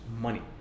money